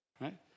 right